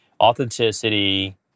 authenticity